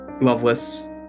Loveless